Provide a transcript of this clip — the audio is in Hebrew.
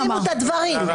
תשימו את הדברים על השולחן.